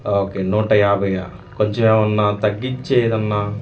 okay నూట యాభైయా కొంచం ఏమన్నా తగ్గిచేదన్నా